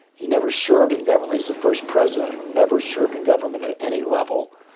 he never served in government. the first president who never served in government at any level.